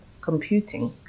computing